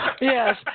Yes